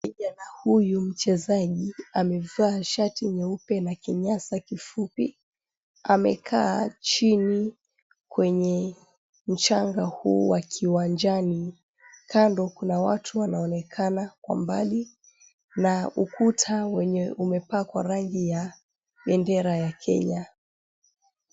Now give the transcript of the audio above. Kijana huyu mchezaji amevaa shati nyeupe na kinyasa kifupi, amekaa chini kwenye mchanga huu wa kiwanjani, kando kuna watu wanaonekana kwa umbali na ukuta wenye umepakwa rangi ya bendera ya Kenya.